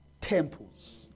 temples